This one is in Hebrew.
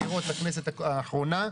בבחירות לכנסת האחרונה,